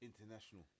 international